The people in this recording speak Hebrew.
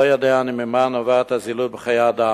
לא יודע אני ממה נובעת הזילות בחיי אדם,